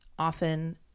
often